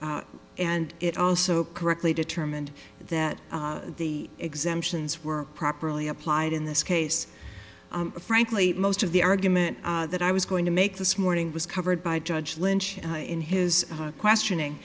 and it also correctly determined that the exemptions were properly applied in this case frankly most of the argument that i was going to make this morning was covered by judge lynch in his questioning